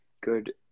good